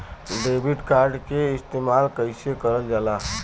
Debit card के इस्तेमाल कइसे करल जाला?